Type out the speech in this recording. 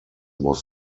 was